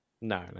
no